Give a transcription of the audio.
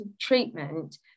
treatment